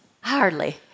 Hardly